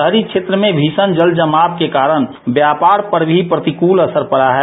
शहरी क्षेत्र में भीषण जल जमाव के कारण व्यापार पर भी प्रतिकूल असर पड़ा है